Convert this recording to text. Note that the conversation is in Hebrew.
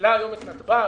שמפעילה היום את נתב"ג,